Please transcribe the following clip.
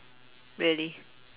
really